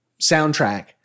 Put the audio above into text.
soundtrack